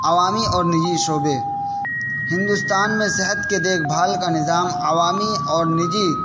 عوامی اور نجی شعبے ہندوستان میں صحت کے دیکھ بھال کا نظام عوامی اور نجی